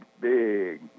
big